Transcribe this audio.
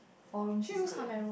four room is good